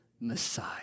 Messiah